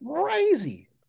crazy